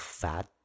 fat